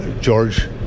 george